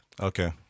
Okay